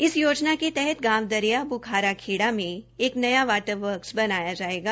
इस योजना के तहत गांव दारिया बुखाराखेड़ा में एक नया वाटर वर्कस बनाया जाएगा